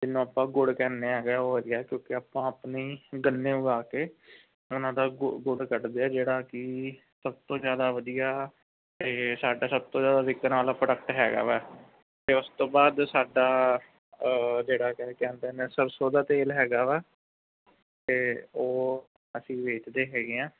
ਜਿਹਨੂੰ ਆਪਾਂ ਗੁੜ ਕਹਿੰਦੇ ਹੈਗੇ ਹਾਂ ਉਹ ਹੈਗੇ ਕਿਉਂਕਿ ਆਪਾਂ ਆਪਣੀ ਗੰਨੇ ਉਗਾ ਕੇ ਉਹਨਾਂ ਦਾ ਗੁ ਗੁੜ ਕੱਢਦੇ ਜਿਹੜਾ ਕਿ ਸਭ ਤੋਂ ਜ਼ਿਆਦਾ ਵਧੀਆ ਅਤੇ ਸਾਡਾ ਸਭ ਤੋਂ ਜ਼ਿਆਦਾ ਵਿਕਣ ਵਾਲਾ ਪ੍ਰੋਡਕਟ ਹੈਗਾ ਹੈ ਅਤੇ ਉਸ ਤੋਂ ਬਾਅਦ ਸਾਡਾ ਜਿਹੜਾ ਕਹਿੰਦੇ ਨੇ ਸਰਸੋਂ ਦਾ ਤੇਲ ਹੈਗਾ ਵਾ ਅਤੇ ਉਹ ਅਸੀਂ ਵੇਚਦੇ ਹੈਗੇ ਹਾਂ